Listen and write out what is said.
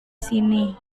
sini